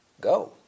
go